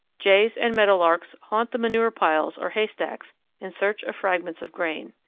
jays and meadowlarks haunt the manure piles or haystacks in search of fragments of grain.